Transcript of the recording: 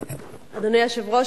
היושב-ראש,